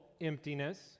emptiness